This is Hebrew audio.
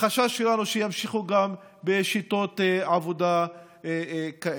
החשש שלנו הוא שימשיכו גם בשיטות עבודה כאלו.